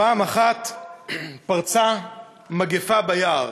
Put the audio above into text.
פעם אחת פרצה מגפה ביער.